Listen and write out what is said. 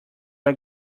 are